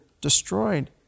destroyed